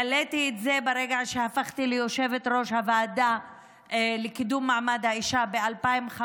והעליתי את זה ברגע שהפכתי ליושבת-ראש הוועדה לקידום מעמד האישה ב-2015.